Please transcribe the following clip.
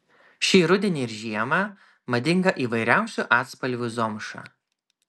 šį rudenį ir žiemą madinga įvairiausių atspalvių zomša